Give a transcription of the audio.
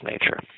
nature